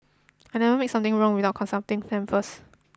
I never make something wrong without consulting them first